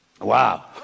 Wow